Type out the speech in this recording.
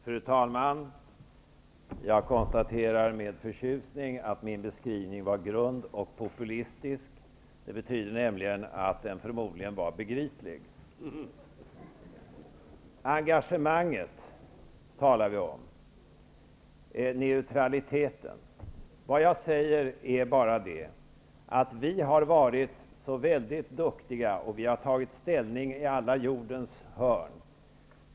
Fru talman! Jag konstaterar med förtjusning att min beskrivning var grund och populistisk. Det betyder nämligen att den förmodligen var begriplig. Vi talar om engagemanget och neutraliteten. Vad jag säger är att vi har varit så väldigt duktiga, och vi har tagit ställning i alla jordens hörn.